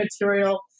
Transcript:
material